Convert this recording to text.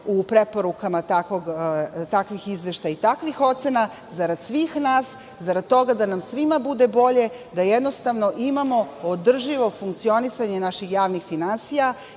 u preporukama takvih izveštaja i takvih ocena zarad svih nas, zarad toga da nam svima bude bolje, da jednostavno imamo održivo funkcionisanje naših javnih finansija.